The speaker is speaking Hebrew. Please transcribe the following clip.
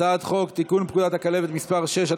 הצעת חוק לתיקון פקודת הכלבת (מס' 6),